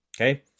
Okay